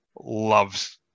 loves